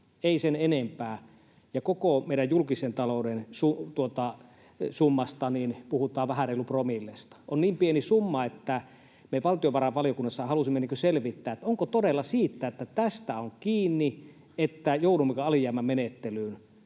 ei sen enempää — ja koko meidän julkisen taloutemme summassa puhutaan vähän reilusta promillesta. Se on niin pieni summa, että me valtiovarainvaliokunnassa halusimme selvittää, onko todella niin, että tästä neljän kuukauden ajasta on kiinni, että joudumme alijäämämenettelyyn.